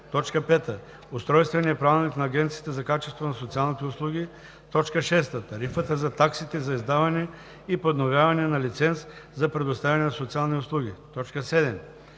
5. Устройствения правилник на Агенцията за качеството на социалните услуги; 6. Тарифата за таксите за издаване и подновяване на лиценз за предоставяне на социални услуги; 7.